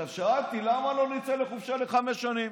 עכשיו, שאלתי: למה לא נצא לחופשה לחמש שנים?